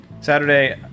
Saturday